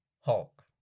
Hulk